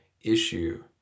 issue